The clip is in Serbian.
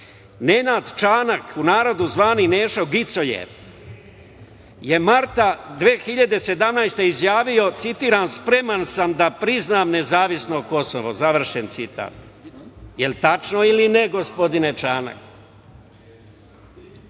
dalje. Nenad Čanak, u narodu zvani "Nešo gicoje" je marta 2017. godine izjavio, citiram: "Spreman sam da priznam nezavisno Kosovo", završen citat. Jel tačno ili ne, gospodine Čanak? Idemo